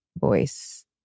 voice